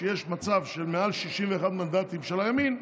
כשיש מצב של מעל 61 מנדטים של הימין,